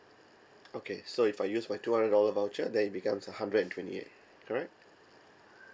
okay so if I use my two hundred dollar voucher then it becomes a hundred and twenty eight correct